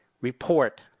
report